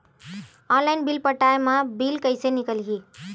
Online bill पटाय मा bill कइसे निकलही?